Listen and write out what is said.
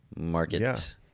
market